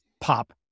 pop